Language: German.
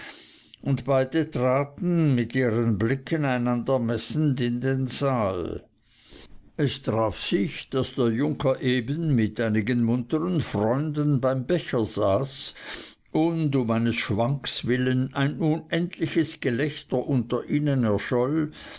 und beide traten mit ihren blicken einander messend in den saal es traf sich daß der junker eben mit einigen muntern freunden beim becher saß und um eines schwanks willen ein unendliches gelächter unter ihnen erscholl